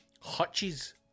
hutches